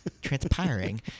transpiring